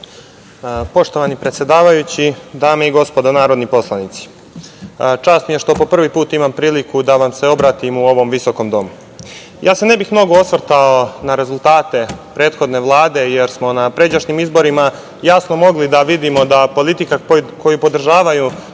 Poštovani predsedavajući, dame i gospodo narodni poslanici, čast mi je što po prvi put imam priliku da vam se obratim u ovom visokom domu. Ja se ne bih mnogo osvrtao na rezultate prethodne Vlade, jer smo na pređašnjim izborima jasno mogli da vidimo da politika koju podržavaju